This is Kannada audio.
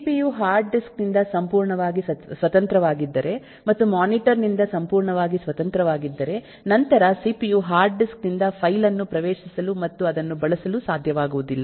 ಸಿಪಿಯು ಹಾರ್ಡ್ ಡಿಸ್ಕ್ ನಿಂದ ಸಂಪೂರ್ಣವಾಗಿ ಸ್ವತಂತ್ರವಾಗಿದ್ದರೆ ಮತ್ತು ಮಾನಿಟರ್ ನಿಂದ ಸಂಪೂರ್ಣವಾಗಿ ಸ್ವತಂತ್ರವಾಗಿದ್ದರೆ ನಂತರ ಸಿಪಿಯು ಹಾರ್ಡ್ ಡಿಸ್ಕ್ ನಿಂದ ಫೈಲ್ ಅನ್ನು ಪ್ರವೇಶಿಸಲು ಮತ್ತು ಅದನ್ನು ಬಳಸಲು ಸಾಧ್ಯವಾಗುವುದಿಲ್ಲ